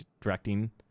directing